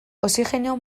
oxigeno